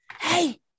hey